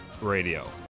Radio